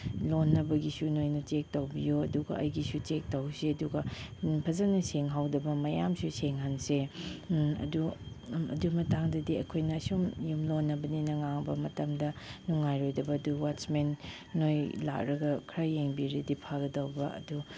ꯂꯣꯟꯅꯕꯒꯤꯁꯨ ꯅꯣꯏꯅ ꯆꯦꯛ ꯇꯧꯕꯤꯌꯨ ꯑꯗꯨꯒ ꯑꯩꯒꯤꯁꯨ ꯆꯦꯛ ꯇꯧꯁꯤ ꯑꯗꯨꯒ ꯐꯖꯅ ꯁꯦꯡꯍꯧꯗꯕ ꯃꯌꯥꯝꯁꯨ ꯁꯦꯡꯍꯟꯁꯦ ꯑꯗꯨ ꯑꯗꯨ ꯃꯇꯥꯡꯗꯗꯤ ꯑꯩꯈꯣꯏꯅ ꯁꯨꯝ ꯌꯨꯝꯂꯣꯟꯅꯕꯅꯤꯅ ꯉꯥꯡꯕ ꯃꯇꯝꯗ ꯅꯨꯡꯉꯥꯏꯔꯣꯏꯗꯕ ꯑꯗꯨ ꯋꯥꯠꯁꯃꯦꯟ ꯅꯣꯏ ꯂꯥꯛꯂꯒ ꯈꯔ ꯌꯦꯡꯕꯤꯔꯗꯤ ꯐꯒꯗꯧꯕ ꯑꯗꯨ